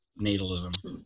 natalism